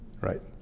right